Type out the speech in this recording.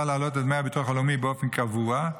להעלות את דמי הביטוח הלאומי באופן קבוע,